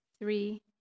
three